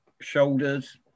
shoulders